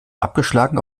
abgeschlagen